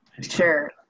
Sure